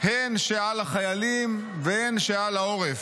הן שעל החיילים והן בעורף.